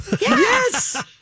Yes